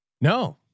No